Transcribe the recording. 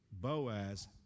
Boaz